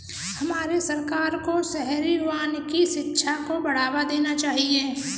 हमारे सरकार को शहरी वानिकी शिक्षा को बढ़ावा देना चाहिए